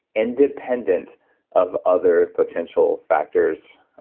independent of other potential factors,